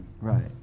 right